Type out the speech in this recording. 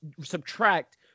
subtract